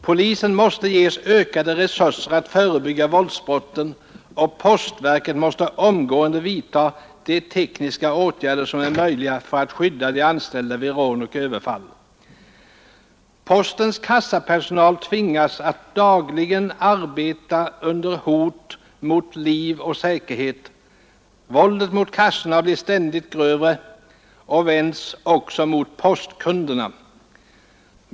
Polisen måste ges ökade resurser att förebygga våldsbrotten, och postverket måste omgående vidta de tekniska åtgärder som är möjliga för att skydda de anställda vid rån och överfall. Postens kassapersonal tvingas att dagligen arbeta under hot mot liv och säkerhet. Våldet mot kassorna blir ständigt grövre och vänds också mot postkunderna.